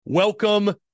Welcome